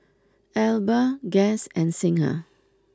Alba Guess and Singha